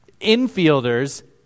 infielders